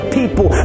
people